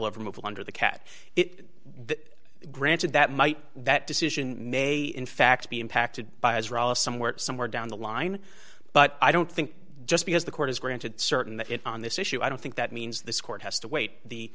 level under the cat it granted that might that decision may in fact be impacted by israel or somewhere somewhere down the line but i don't think just because the court has granted certain that on this issue i don't think that means this court has to wait the